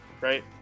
right